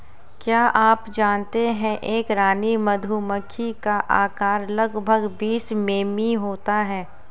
क्या आप जानते है एक रानी मधुमक्खी का आकार लगभग बीस मिमी होता है?